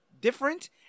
different